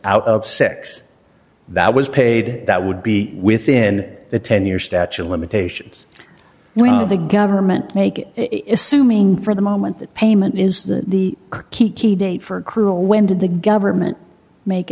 out of six that was paid that would be within the ten year statute of limitations we know the government make it is suing for the moment that payment is the the key key date for cruel when did the government make